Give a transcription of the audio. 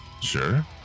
Sure